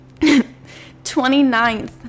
29th